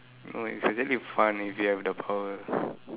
no is really fun if you have the power